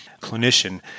clinician